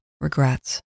regrets